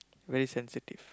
very sensitive